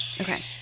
Okay